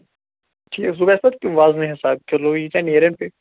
ٹھیٖک سُہ گژھِ پَتہٕ وزنہٕ حِساب کِلوٗ ییٖژاہ نیرَن پےٚ